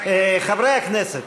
חברי הכנסת,